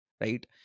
right